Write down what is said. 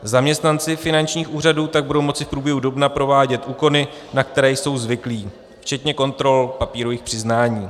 Zaměstnanci finančních úřadů tak budou moci v průběhu dubna provádět úkony, na které jsou zvyklí, včetně kontrol papírových přiznání.